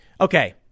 okay